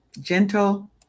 gentle